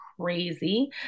crazy